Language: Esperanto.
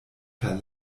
per